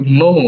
no